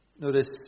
Notice